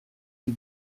sie